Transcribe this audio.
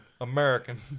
American